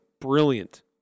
brilliant